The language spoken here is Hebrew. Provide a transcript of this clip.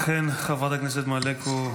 אכן, חברת הכנסת מלקו.